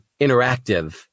interactive